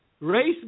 race